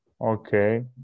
Okay